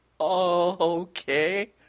okay